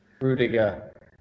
Rudiger